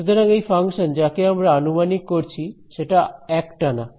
সুতরাং এই ফাংশন যাকে আমরা আনুমানিক করছি সেটা একটানা